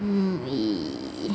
mm